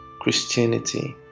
Christianity